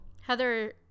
Heather